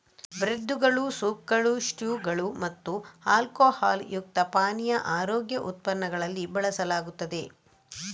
ಬ್ರೆಡ್ದುಗಳು, ಸೂಪ್ಗಳು, ಸ್ಟ್ಯೂಗಳು ಮತ್ತು ಆಲ್ಕೊಹಾಲ್ ಯುಕ್ತ ಪಾನೀಯ ಆರೋಗ್ಯ ಉತ್ಪನ್ನಗಳಲ್ಲಿ ಬಳಸಲಾಗುತ್ತದೆ